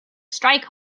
strike